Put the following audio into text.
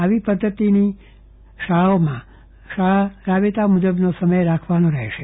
આવી પધ્ધતિથી શાળાઓએ પણ રાબેતા મુજબનો સમય રાખવાનો રહેશે